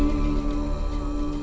um